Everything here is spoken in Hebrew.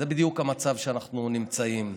זה בדיוק המצב שבו אנחנו נמצאים.